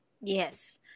yes